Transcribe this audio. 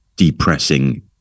Depressing